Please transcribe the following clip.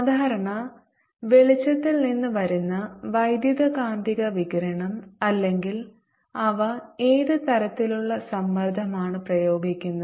സാധാരണ വെളിച്ചത്തിൽ നിന്ന് വരുന്ന വൈദ്യുതകാന്തിക വികിരണം അല്ലെങ്കിൽ അവ ഏത് തരത്തിലുള്ള സമ്മർദ്ദമാണ് പ്രയോഗിക്കുന്നത്